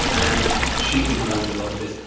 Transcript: and she confirms a lot of this.